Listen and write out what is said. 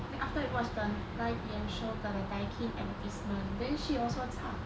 then after we watch the 那一边 show the the daikin advertisement then she also 唱